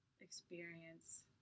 experience